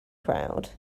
crowd